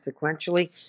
sequentially